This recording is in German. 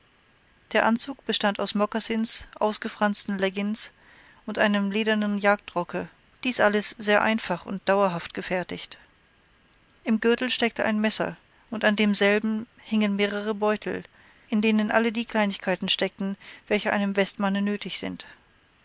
der anzug bestand aus mokassins ausgefransten leggins und einem ledernen jagdrocke dies alles sehr einfach und dauerhaft gefertigt im gürtel steckte ein messer und an demselben hingen mehrere beutel in denen alle die kleinigkeiten steckten welche einem westmanne nötig sind